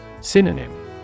Synonym